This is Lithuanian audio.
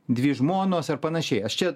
dvi žmonos ar panašiai aš čia